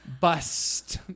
Bust